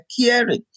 caring